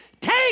Take